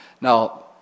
Now